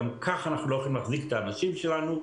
גם ככה אנחנו לא יכולים להחזיק את האנשים שלנו,